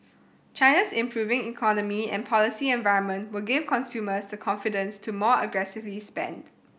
China's improving economy and policy environment will give consumers the confidence to more aggressively spend